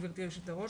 גברתי היושבת-ראש.